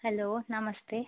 hello ನಮಸ್ತೆ